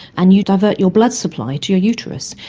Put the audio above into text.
and you divert your blood supply to your uterus.